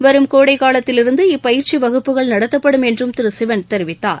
வரும் கோடைக்காலத்திலிருந்து இப்பயிற்சி வகுப்புகள் நடத்தப்படும் என்றும் திரு சிவன் தெரிவித்தார்